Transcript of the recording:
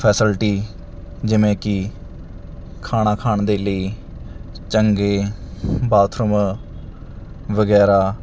facility ਜਿਵੇਂ ਕਿ ਖਾਣਾ ਖਾਣ ਦੇ ਲਈ ਚੰਗੇ ਬਾਥਰੂਮ ਵਗੈਰਾ